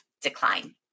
decline